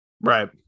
Right